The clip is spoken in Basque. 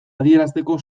adierazteko